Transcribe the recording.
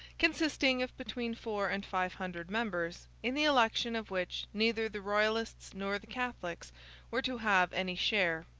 consisting of between four and five hundred members, in the election of which neither the royalists nor the catholics were to have any share.